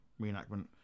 reenactment